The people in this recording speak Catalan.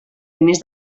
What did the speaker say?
diners